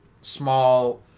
small